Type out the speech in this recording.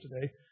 today